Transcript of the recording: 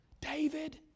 David